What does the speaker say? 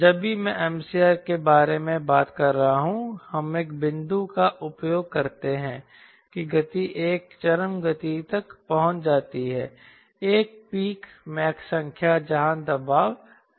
जब भी मैं MCR के बारे में बात कर रहा हूं हम एक बिंदु का उपयोग करते हैं कि गति एक चरम गति तक पहुंच जाती है एक पीक मैक संख्या जहां दबाव न्यूनतम है